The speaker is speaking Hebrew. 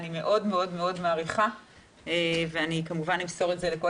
אני מאוד מאוד מעריכה וכמובן אמסור את זה לכל